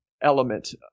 element